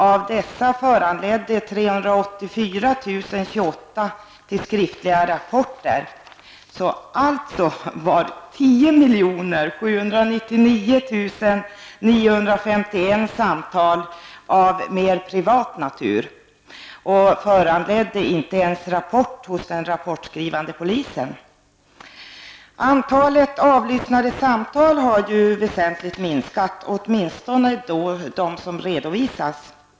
Av dessa föranledde 384 028 skriftliga rapporter. Alltså var 10 799 951 av samtalen av mer privat natur och föranledde inte ens rapport hos den rapportskrivande polisen. Antalet avlyssnade samtal har väsentligt minskat, åtminstone de som redovisas.